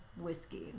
whiskey